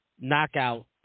knockout